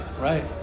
right